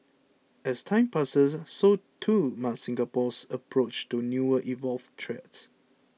as time passes so too must Singapore's approach to newer evolved threats